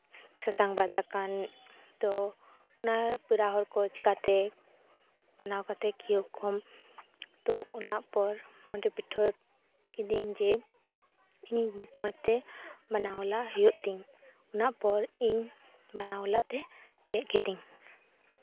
ᱥᱟᱥᱟᱝ ᱵᱟᱫ ᱟᱠᱟᱱ ᱛᱚ ᱯᱮᱲᱟ ᱦᱚᱲ ᱠᱚ ᱪᱤᱠᱟᱛᱮ ᱵᱟᱱᱟᱣ ᱠᱟᱛᱮ ᱠᱮᱭᱳᱣ ᱠᱚ ᱛᱚ ᱚᱱᱟ ᱯᱚᱨ ᱚᱸᱰᱮ ᱯᱤᱴᱷᱟᱹ ᱠᱤᱫᱟᱹᱧ ᱡᱮ ᱤᱧ ᱢᱚᱡᱽᱛᱮ ᱵᱮᱱᱟᱣᱞᱟ ᱦᱩᱭᱩᱜ ᱛᱤᱧ ᱚᱱᱟᱯᱚᱨ ᱵᱮᱱᱟᱣᱟᱞᱟ ᱛᱮ ᱪᱮᱫ ᱠᱤᱫᱟᱹᱧ